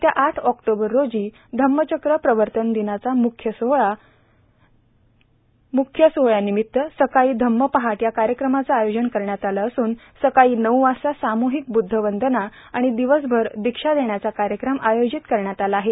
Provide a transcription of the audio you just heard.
येत्या आठ ऑक्टोबर रोजी धम्मचक्र प्रवर्तन दिनाचा म्ख्य सोहळा निमित्त सकाळी धम्मपहाट या कार्यक्रमाचे आयोजन करण्यात आले असून सकाळी नऊ वाजता साम्हिक बुद्धवंदना आणि दिवसभर दिक्षा देण्याचा कार्यक्रम आयोजित केला जाणार आहे